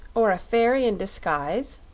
or a fairy in disguise?